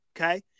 okay